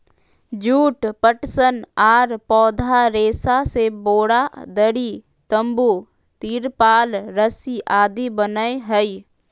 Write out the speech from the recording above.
जुट, पटसन आर पौधा रेशा से बोरा, दरी, तंबू, तिरपाल रस्सी आदि बनय हई